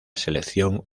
selección